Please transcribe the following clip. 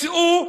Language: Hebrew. ויצאו,